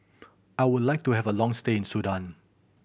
I would like to have a long stay in Sudan